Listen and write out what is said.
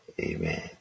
amen